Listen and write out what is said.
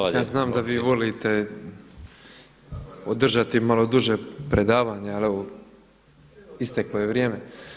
Ja znam da vi volite održati malo duže predavanje, ali evo isteklo je vrijeme.